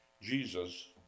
Jesus